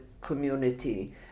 community